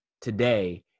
today